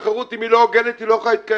תחרות אם היא לא הוגנת, היא לא יכולה להתקיים.